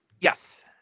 Yes